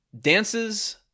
dances